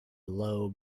low